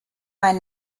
ein